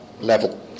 level